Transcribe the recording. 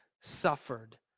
suffered